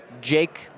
Jake